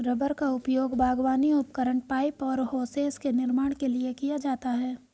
rubber का उपयोग बागवानी उपकरण, पाइप और होसेस के निर्माण के लिए किया जाता है